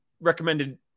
recommended